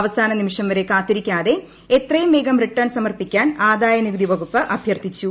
അവസാന നിമിഷം വരെ കാത്തിരിക്കാതെ എത്രയും വേഗം റിട്ടേൺ സമർപ്പിക്കാൻ ആദായനികുതി വകുപ്പ് അഭ്യർത്ഥിച്ചു